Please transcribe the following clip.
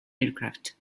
aircraft